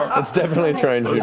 ah let's definitely try and